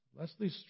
Leslie